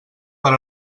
per